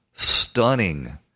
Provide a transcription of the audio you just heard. stunning